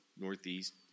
Northeast